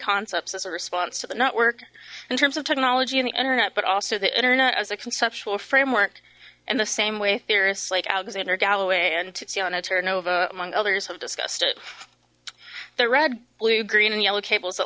concepts as a response to the network in terms of technology in the internet but also the internet as a conceptual framework in the same way theorists like alexander galloway and tatiana terranova among others have discussed it the red blue green and yellow cables that